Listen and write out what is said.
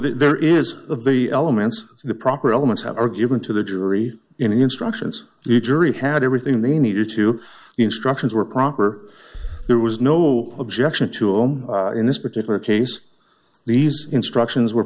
there is of the elements the proper elements are given to the jury instructions the jury had everything they needed to instructions were proper there was no objection to him in this particular case these instructions were